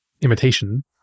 imitation